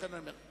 ירים את ידו.